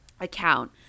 account